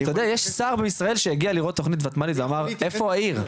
אתה יודע יש שר בישראל שהגיע לראות תוכנית ותמ"ל ואמר איפה העיר,